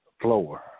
floor